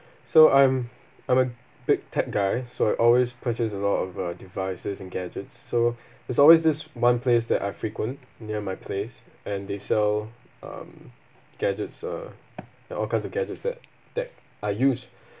so I'm I'm a big tech guy so I always purchase a lot of uh devices and gadgets so there's always this one place that I frequent near my place and they sell um gadgets uh and all kinds of gadgets that that I use